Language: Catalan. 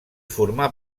formar